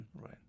Right